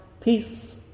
peace